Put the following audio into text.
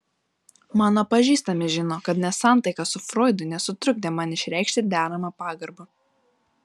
mano pažįstami žino kad nesantaika su froidu nesutrukdė man išreikšti deramą pagarbą